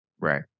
Right